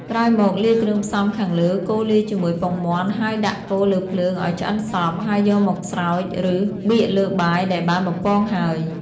ក្រោយមកលាយគ្រឿងផ្សំរខាងលើកូរលាយជាមួយពងមាន់ហើយដាក់កូរលើភ្លើងអោយឆ្អិនសព្វ ហើយយកមកស្រោចរឺបៀកលើបាយដែលបានបំពងហើយ។